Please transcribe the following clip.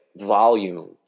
volume